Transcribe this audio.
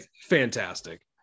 fantastic